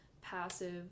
passive